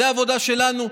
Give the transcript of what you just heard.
זו עבודה שלנו,